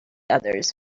others